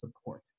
support